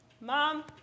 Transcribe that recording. Mom